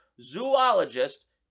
zoologist